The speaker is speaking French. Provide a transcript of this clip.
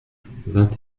vingt